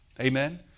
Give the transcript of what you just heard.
Amen